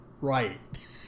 right